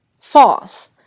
false